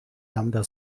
lambda